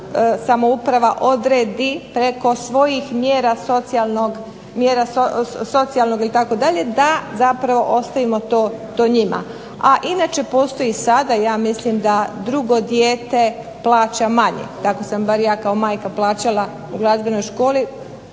samouprava odredi preko svojih mjera socijalnog itd. da zapravo ostavimo to njima, a inače postoji sada, ja mislim da drugo dijete plaća manje. Tako sam bar ja kao majka plaćala u glazbenoj školi